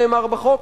נאמר בחוק,